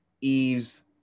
Eve's